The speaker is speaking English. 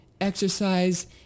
exercise